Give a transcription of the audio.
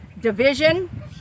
division